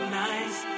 nice